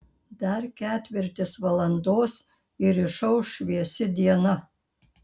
dar ketvirtis valandos ir išauš šviesi diena